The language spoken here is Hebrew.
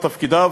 בתפקידיו,